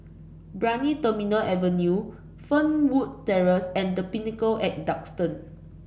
Brani Terminal Avenue Fernwood Terrace and The Pinnacle at Duxton